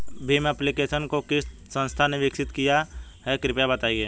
Bhim application को किस संस्था ने विकसित किया है कृपया बताइए?